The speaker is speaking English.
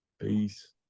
Peace